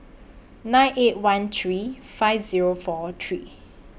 nine eight one three five Zero four three